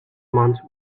months